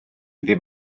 ddim